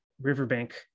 riverbank